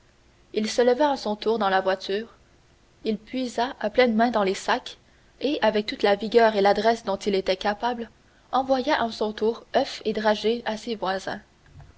il se leva à son tour dans la voiture il puisa à pleines mains dans les sacs et avec toute la vigueur et l'adresse dont il était capable il envoya à son tour oeufs et dragées à ses voisins